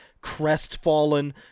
crestfallen